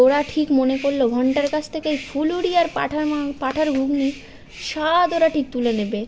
ওরা ঠিক মনে করল ভন্টার কাছ থেকে ওই ফুলুরি আর পাঁঠার মাং পাঁঠার ঘুগনি স্বাদ ওরা ঠিক তুলে নেবে